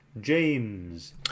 James